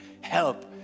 help